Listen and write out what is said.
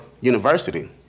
university